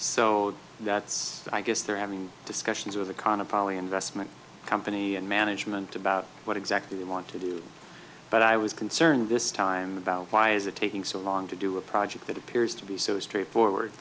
so that's i guess they're having discussions with a con a poly investment company and management about what exactly they want to do but i was concerned this time about why is it taking so long to do a project that appears to be so straightforward